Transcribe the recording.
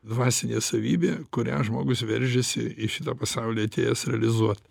dvasinė savybė kurią žmogus veržiasi į šitą pasaulį atėjęs realizuot